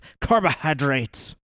carbohydrates